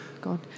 God